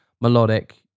melodic